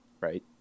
right